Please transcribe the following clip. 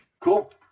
Cool